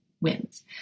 Wins